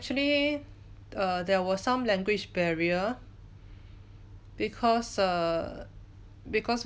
actually err there was some language barrier because err because